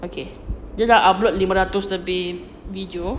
okay dia dah upload lima ratus lebih video